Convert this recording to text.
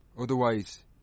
Otherwise